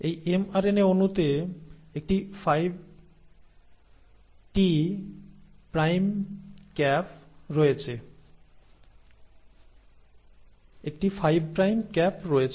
এই এমআরএনএ অণুতে একটি 5 প্রাইম ক্যাপ রয়েছে